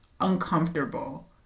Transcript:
uncomfortable